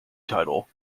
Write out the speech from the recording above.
title